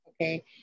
okay